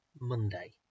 Monday